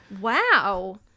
wow